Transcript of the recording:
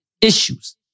issues